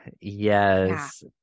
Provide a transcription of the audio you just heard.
Yes